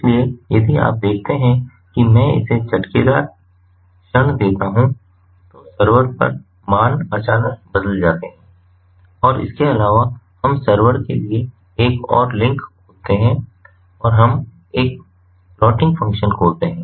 इसलिए यदि आप देखते हैं कि मैं इसे झटकेदार क्षण देता हूं तो सर्वर पर मान अचानक बदल जाते हैं और इसके अलावा हम सर्वर के लिए एक और लिंक खोलते हैं और हम एक प्लॉटिंग फ़ंक्शन खोलते हैं